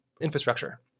infrastructure